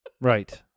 Right